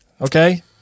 Okay